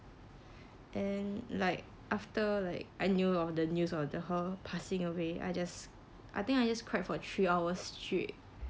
and like after like I knew all the news of the her passing away I just I think I just cried for three hours straight